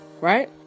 right